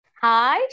Hi